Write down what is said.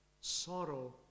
sorrow